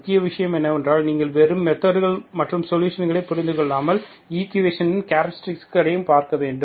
முக்கிய விஷயம் என்னவென்றால் நீங்கள் வெறும் மெதொட்கள் மற்றும் சொலுஷன்களைப் புரிந்து கொள்ளாமல் இந்த ஈக்குவேஷன்களின் கேரக்டர்ஸ்டிக்கையும் பார்க்க வேண்டும்